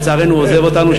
שלצערנו עוזב אותנו,